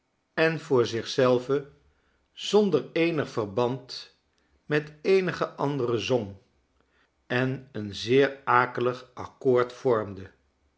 en voor zich zelve zonder eenig verband met eenige andere zong en een zeer akelig accoord vormde